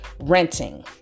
Renting